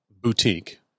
boutique